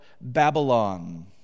Babylon